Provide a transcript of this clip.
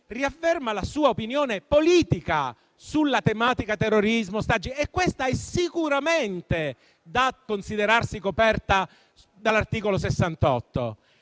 riafferma la sua opinione politica sulla tematica del terrorismo e degli ostaggi e questa è sicuramente da considerarsi coperta dall'articolo 68